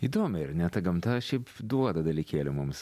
įdomiai ar ne ta gamta šiaip duoda dalykėlių mums